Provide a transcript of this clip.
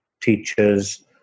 teachers